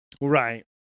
Right